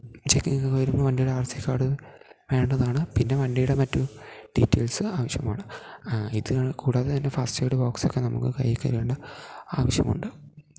ചെക്കിങ്ങൊക്കെ വരുമ്പം വണ്ടിയുടെ R C card വേണ്ടതാണ് പിന്നെ വണ്ടിയുടെ മറ്റു ഡീറ്റേയ്ൽസ്സ് ആവശ്യമാണ് ഇത് കൂടുാത തന്നെ ഫാസ്റ്റ് എയ്ഡ് ബോക്സൊക്കെ നമുക്ക് കൈയിൽ കരുതേണ്ട ആവശ്യമുണ്ട്